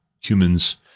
humans